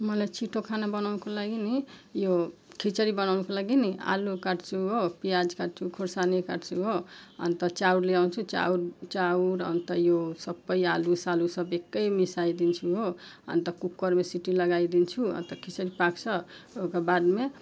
मलाई छिटो खाना बनाउनको लागि नि यो खिचडी बनाउनको लागि नि आलु काट्छु हो पियाज काट्छु खोर्सानी काट्छु हो अन्त चाउ ल्याउँछु चाउ चाउ र अन्त यो सबै आलुसालु सब एकै मिसाइदिन्छु हो अन्त कुकरमा सिटी लगाइदिन्छु अन्त खिचडी पाक्छ ओका बादमा